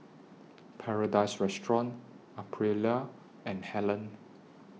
Paradise Restaurant Aprilia and Helen